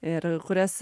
ir kurias